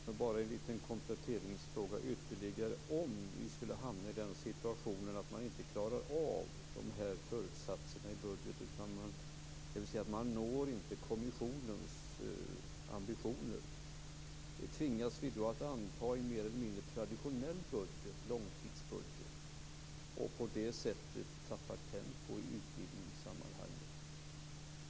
Fru talman! Bara en liten ytterligare kompletteringsfråga. Om vi skulle hamna i den situationen att man inte klarar av föresatserna i budgeten, dvs. att man inte når kommissionens ambitioner, tvingas vi då att anta en mer eller mindre traditionell långtidsbudget och att på det sättet tappa tempo i utvidgningssammanhanget?